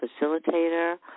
facilitator